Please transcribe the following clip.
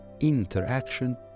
interaction